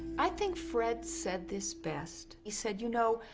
i think fred said this best. he said, you know,